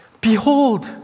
Behold